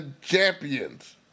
champions